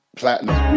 platinum